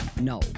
no